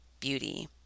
beauty